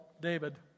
David